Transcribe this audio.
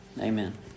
amen